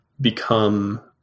become